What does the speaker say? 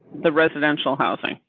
the residential housing,